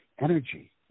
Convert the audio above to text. Energy